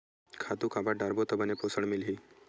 खातु काबर डारबो त बने पोषण मिलही?